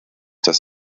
das